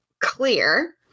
clear